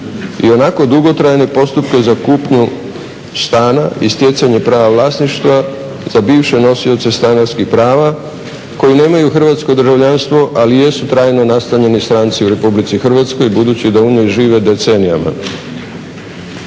i onako dugotrajne postupke za kupnju stana i stjecanje prava vlasništva za bivše nosioce stanarskih prava koji nemaju hrvatsko državljanstvo ali jesu trajno nastanjeni stranci u RH budući da u njoj žive decenijama.